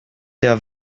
der